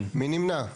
מי נמנע?